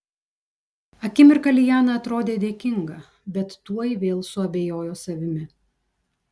akimirką liana atrodė dėkinga bet tuoj vėl suabejojo savimi